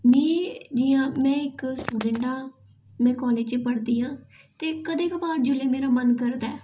में जि'यां में इक स्टुडैंट आं में कालज च पढ़दी आं ते कदें कबार जेल्लै मेरा मन करदा ऐ